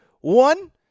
One